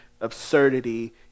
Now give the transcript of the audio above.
absurdity